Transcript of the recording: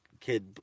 kid